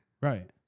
Right